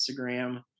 instagram